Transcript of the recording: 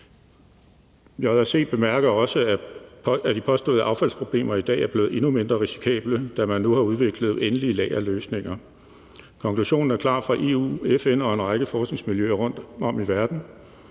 JRC bemærker også, at de påståede affaldsproblemer i dag er blevet endnu mindre risikable, da man nu har udviklet endelige lagerløsninger. Konklusionen er klar fra EU, FN og en række forskningsmiljøer rundtom i verden: